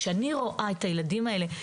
כשאני רואה את הילדים האלה,